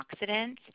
antioxidants